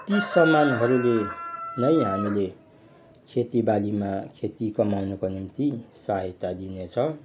ती सामानहरूले नै हामीले खोतीबालीमा खेती कमाउनुका निम्ति सहायता दिनेछ